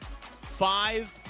Five